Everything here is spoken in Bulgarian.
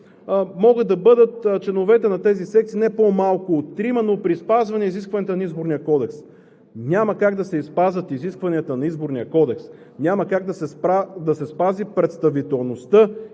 могат да бъдат не по-малко от трима, но при спазване на изискванията на Изборния кодекс. Няма как да се спазват изискванията на Изборния кодекс, няма как да се спази представителността